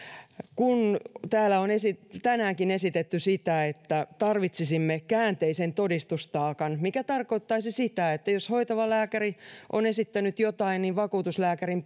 täällä on tänäänkin esitetty että tarvitsisimme käänteisen todistustaakan mikä tarkoittaisi sitä että jos hoitava lääkäri on esittänyt jotain niin vakuutuslääkärin